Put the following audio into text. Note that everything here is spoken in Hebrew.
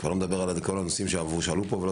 אני לא מדבר על כל הנושאים ששאלו פה ולא